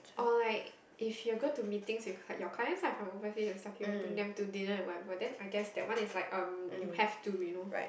or like if you're going to meetings with your clients ah from overseas and stuff you have to bring them to dinner and whatever then I guess that one is like um you have to you know